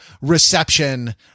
reception